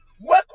Work